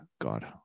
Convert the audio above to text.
God